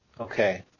Okay